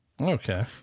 Okay